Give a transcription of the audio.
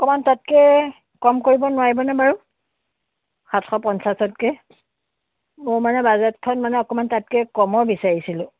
অকণমান তাতকৈ কম কৰিব নোৱাৰিবনে বাৰু সাতশ পঞ্চাছতকৈ মোৰ মানে বাজেটখন অকণমান তাতকৈ কমৰ বিছাৰিছিলোঁ